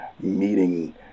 meeting